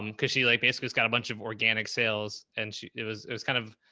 um cause she like basically has got a bunch of organic sales and she, it was, it was kind of.